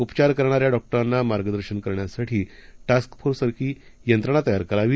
उपचार करणाऱ्या डॉक्टरांना मार्गदर्शन करण्यासाठी टास्क फोर्ससारखी यंत्रणा तयार करावी